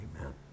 Amen